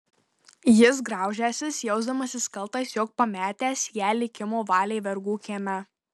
jis graužęsis jausdamasis kaltas jog pametęs ją likimo valiai vergų kieme